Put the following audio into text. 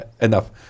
enough